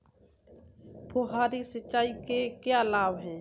फुहारी सिंचाई के क्या लाभ हैं?